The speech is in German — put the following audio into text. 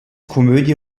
komödie